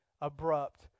abrupt